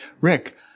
Rick